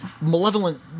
Malevolent